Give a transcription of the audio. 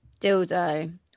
dildo